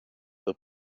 the